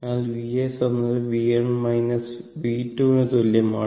അതിനാൽ Vs എന്നത് V1 V2 ന് തുല്യമാണ്